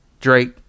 Drake